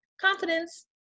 Confidence